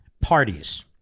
parties